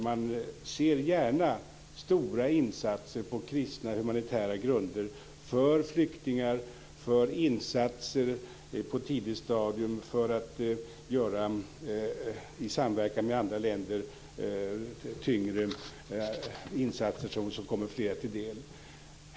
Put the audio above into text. Man ser gärna stora insatser på kristna, humanitära grunder för flyktingar och tyngre insatser på ett tidigt stadium i samverkan med andra länder som kommer flera till del.